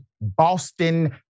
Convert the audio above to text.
Boston